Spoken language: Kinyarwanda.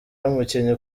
n’umukinnyi